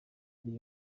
ari